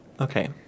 Okay